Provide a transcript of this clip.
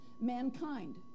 mankind